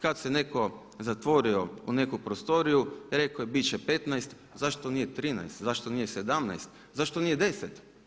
Kad se neko zatvorio u neku prostoriju rekao je bit će 15, zašto nije 13, zašto nije 17, zašto nije 10.